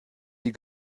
die